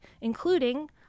including